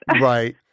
Right